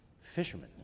Fishermen